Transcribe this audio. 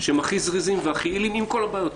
שהם הכי זריזים והכי יעילים עם כל הבעיות,